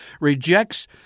rejects